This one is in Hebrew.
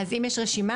אז אם יש רשימה,